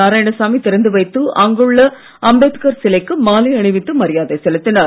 நாராயணசாமி திறந்து வைத்து அங்குள்ள அம்பேத்கர் சிலைக்கு மாலை அணிவித்து மரியாதை செலுத்தினார்